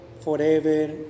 forever